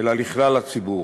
אלא לכלל הציבור,